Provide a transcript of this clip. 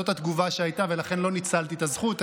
תוציא אותי בקריאה שלישית עכשיו.